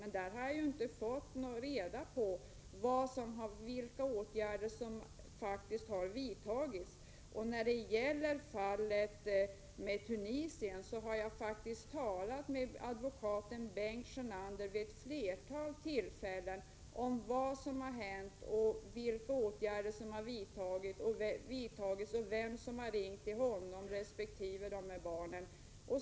Men här har jag inte fått reda på vilka åtgärder som faktiskt har vidtagits. Beträffande fallet Tunisien kan jag säga att jag flera gånger har talat med advokat Bengt Sjönander om vad som har hänt och vilka åtgärder som har vidtagits, om vem som har ringt till honom resp. barnen.